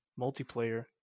multiplayer